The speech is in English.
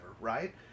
right